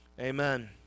Amen